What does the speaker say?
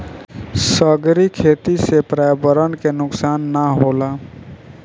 सागरीय खेती से पर्यावरण के नुकसान ना होला